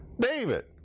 David